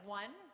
one